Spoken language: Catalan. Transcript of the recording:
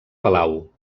palau